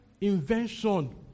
invention